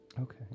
Okay